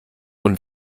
und